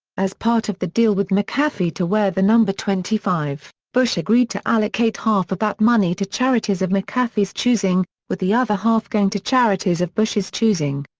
as part of the deal with mcafee to wear the number twenty five, bush agreed to allocate half of that money to charities of mcafee's choosing, with the other half going to charities of bush's choosing.